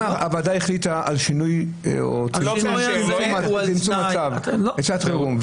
מה קורה אם הוועדה החליטה על שינוי או צמצום מצב לשעת חירום,